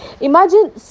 Imagine